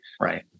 Right